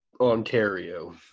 Ontario